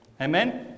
Amen